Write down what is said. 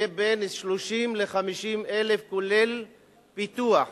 בין 30,000 ל-50,000, כולל פיתוח.